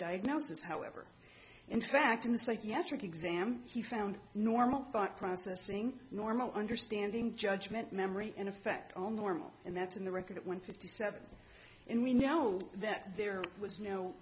diagnosis however in fact in the psychiatric exam he found normal thought processing normal understanding judgment memory in effect all normal and that's in the record at one fifty seven and we know that there was no